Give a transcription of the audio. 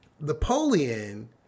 Napoleon